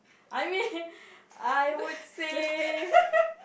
I mean I would say